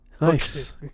Nice